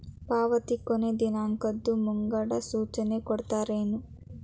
ಪಾವತಿ ಕೊನೆ ದಿನಾಂಕದ್ದು ಮುಂಗಡ ಸೂಚನಾ ಕೊಡ್ತೇರೇನು?